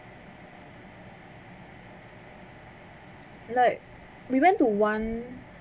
like we went to one